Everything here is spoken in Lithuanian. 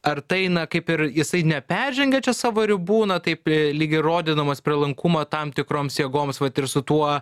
ar tai na kaip ir jisai neperžengia čia savo ribų na taip lyg ir rodydamas prielankumą tam tikroms jėgoms vat ir su tuo